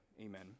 Amen